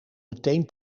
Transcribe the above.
meteen